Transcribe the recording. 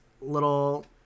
little